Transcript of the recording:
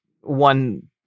one